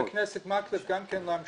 אני מבקש מחבר הכנסת מקלב להמשיך ולעזור לנו.